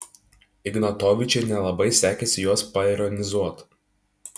ignatovičiui nelabai sekėsi juos paironizuot